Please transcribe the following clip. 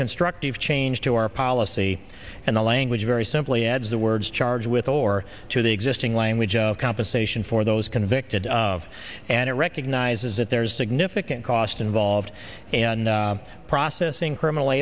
constructive change to our policy and the language very simply adds the words charge with or to the existing language of compensation for those convicted of and it recognizes that there is a significant cost involved in processing criminal